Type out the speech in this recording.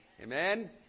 Amen